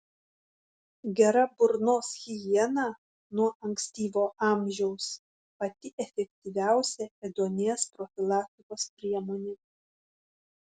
gera burnos higiena nuo ankstyvo amžiaus pati efektyviausia ėduonies profilaktikos priemonė